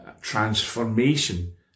transformation